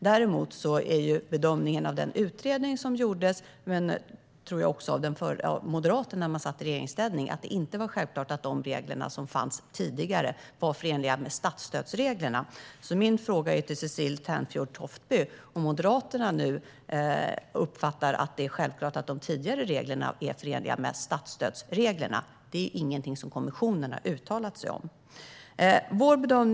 Däremot är bedömningen av den utredning som gjordes - och jag tror även av Moderaterna när de satt i regeringsställning - att de regler som fanns tidigare inte självklart var förenliga med statsstödsreglerna. Min fråga till Cecilie Tenfjord-Toftby är om Moderaterna nu uppfattar de tidigare reglerna som klart förenliga med statsstödsreglerna. Det är ingenting som kommissionen har uttalat sig om.